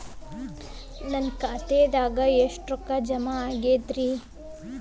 ನನ್ನ ಖಾತೆದಾಗ ಎಷ್ಟ ರೊಕ್ಕಾ ಜಮಾ ಆಗೇದ್ರಿ?